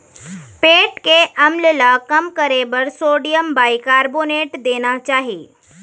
पेट के अम्ल ल कम करे बर सोडियम बाइकारबोनेट देना चाही